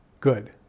Good